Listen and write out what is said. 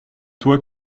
toi